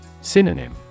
Synonym